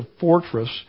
Fortress